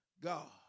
God